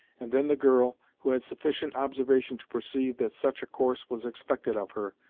and then the girl, who had sufficient observation to perceive that such a course was expected of her,